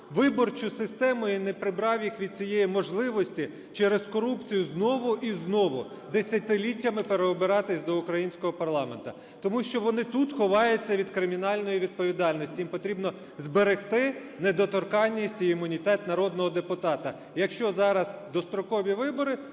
виборчу систему і не прибрав їх від цієї можливості через корупцію знову і знову десятиліттями переобиратися до українського парламенту. Тому що вони тут ховаються від кримінальної відповідальності, їм потрібно зберегти недоторканність і імунітет народного депутата. Якщо зараз дострокові вибори,